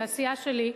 לסיעה שלי,